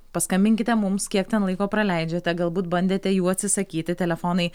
paskambinkite mums kiek ten laiko praleidžiate galbūt bandėte jų atsisakyti telefonai